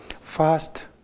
first